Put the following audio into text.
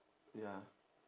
ya